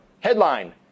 headline